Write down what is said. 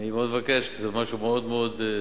מאוד מבקש, כי זה משהו מאוד מאוד,